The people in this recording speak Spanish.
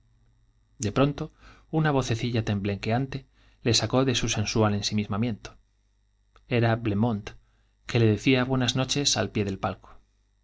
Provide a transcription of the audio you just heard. de pronto una vocecilla temblequeante le sacó de su sensual ensimismamiento era blemont que le decía buenas noches al del pie palco